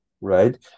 right